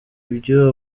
ibyo